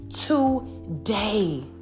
today